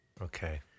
Okay